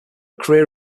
career